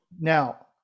Now